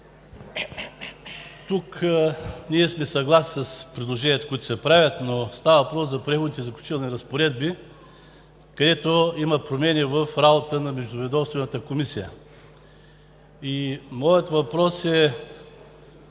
Ние сме съгласни с предложенията, които се правят тук, но става въпрос за „Преходните и заключителните разпоредби“, където има промени в работата на Междуведомствената комисия. Моят въпрос е